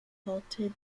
halted